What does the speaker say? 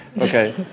Okay